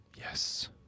Yes